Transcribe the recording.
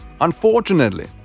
Unfortunately